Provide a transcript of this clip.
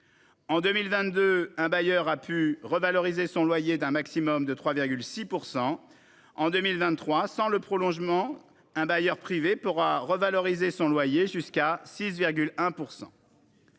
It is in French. En 2022, un bailleur a donc pu revaloriser son loyer d'au maximum 3,6 %. En 2023, sans le vote du prolongement, un bailleur privé pourra revaloriser son loyer jusqu'à 6,1 %.